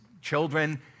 children